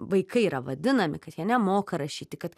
vaikai yra vadinami kad jie nemoka rašyti kad